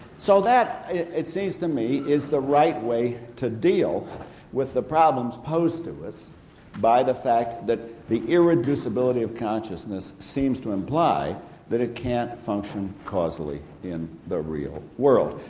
so that, it it seems to me, is the right way to deal with the problems posed to us by the fact that the irreducibility of consciousness seems to imply that it can't function causally in the real world.